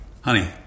Honey